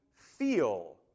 feel